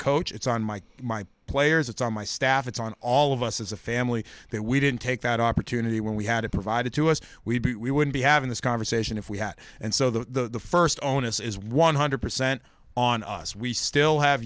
coach it's on my my players it's on my staff it's on all of us as a family that we didn't take that opportunity when we had it provided to us we wouldn't be having this conversation if we had and so the first onus is one hundred percent on us we still have